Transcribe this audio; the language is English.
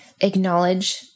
Acknowledge